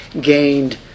gained